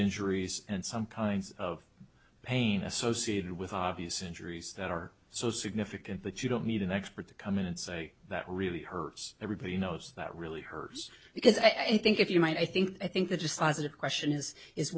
injuries and some kinds of pain associated with obvious injuries that are so significant that you don't need an expert to come in and say that really hurts everybody knows that really hurts because i think if you might i think i think that just as a question is is